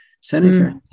senator